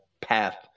path